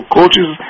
coaches